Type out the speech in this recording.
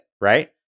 right